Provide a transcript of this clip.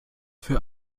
für